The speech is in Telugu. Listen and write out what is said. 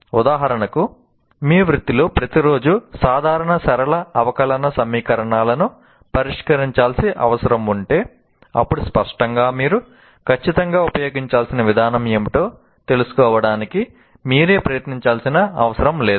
ఉదాహరణకు మీ వృత్తిలో ప్రతిరోజూ సాధారణ సరళ అవకలన సమీకరణాలను పరిష్కరించాల్సిన అవసరం ఉంటే అప్పుడు స్పష్టంగా మీరు ఖచ్చితంగా ఉపయోగించాల్సిన విధానం ఏమిటో తెలుసుకోవడానికి మీరే ప్రయత్నించాల్సిన అవసరం లేదు